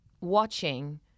watching